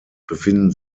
befinden